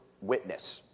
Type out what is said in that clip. witness